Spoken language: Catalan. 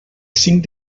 cinc